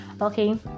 okay